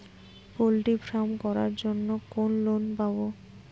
Poultry farm করার জন্য কোন লোন পাব?